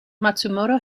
matsumoto